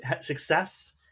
success